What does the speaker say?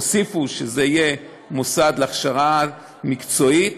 הוסיפו שזה יהיה מוסד להכשרה מקצועית,